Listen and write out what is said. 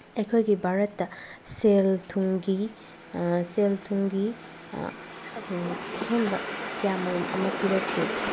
ꯑꯩꯈꯣꯏꯒꯤ ꯚꯥꯔꯠꯇ ꯁꯦꯜ ꯊꯨꯝꯒꯤ ꯁꯦꯜ ꯊꯨꯝꯒꯤ ꯑꯍꯦꯟꯕ ꯃꯌꯥꯃꯔꯨꯝ ꯑꯃ ꯄꯤꯔꯛꯈꯤ